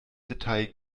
detail